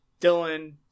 dylan